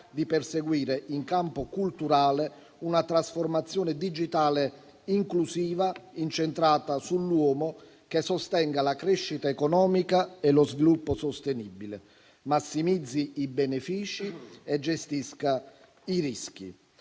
di perseguire in campo culturale "una trasformazione digitale inclusiva, incentrata sull'uomo, che sostenga la crescita economica e lo sviluppo sostenibile, massimizzi i benefici e gestisca i rischi,